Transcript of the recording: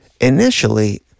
initially